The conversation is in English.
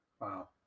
Wow